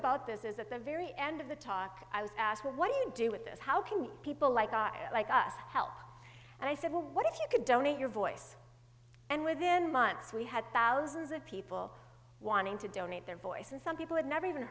about this is at the very end of the talk i was asked what do you do with this how can you people like i like us to help and i said well what if you could donate your voice and within months we had thousands of people wanting to donate their voice and some people had never even